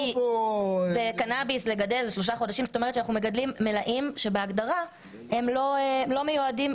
זאת אומרת שאנחנו מגדרים מלאים שבהגדרה הם לא מיועדים